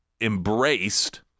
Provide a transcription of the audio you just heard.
embraced